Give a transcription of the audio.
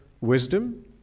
wisdom